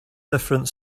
different